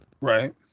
Right